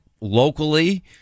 locally